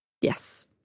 Yes